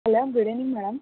hello good evening madam